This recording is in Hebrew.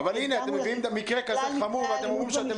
גם נפגעי אלימות במשפחה,